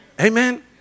Amen